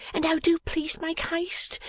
and oh do please make haste,